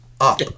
up